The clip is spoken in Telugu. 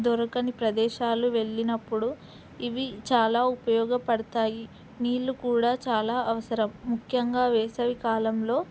దొరకని ప్రదేశాలు వెళ్ళినప్పుడు ఇవి చాలా ఉపయోగపడతాయి నీళ్ళు కూడా చాలా అవసరం ముఖ్యంగా వేసవి కాలంలో